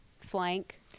Flank